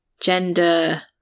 gender